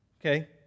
Okay